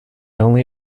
only